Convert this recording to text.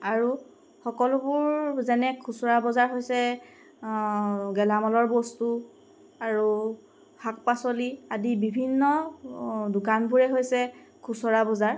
আৰু সকলোবোৰ যেনে খুচুৰা বজাৰ হৈছে গেলামালৰ বস্তু আৰু শাক পাচলি আদি বিভিন্ন দোকানবোৰেই হৈছে খুচুৰা বজাৰ